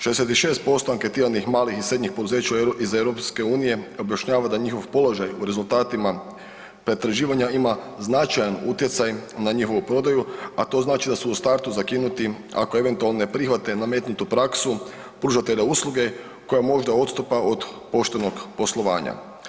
66% anketiranih malih i srednjih poduzeća iz EU objašnjava da njihov položaj u rezultatima pretraživanja ima značajan utjecaj na njihovu prodaju, a to znači da su u startu zakinuti ako eventualno ne prihvate nametnutu praksu pružatelja usluge koja možda odstupa od poštenog poslovanja.